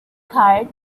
card